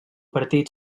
partit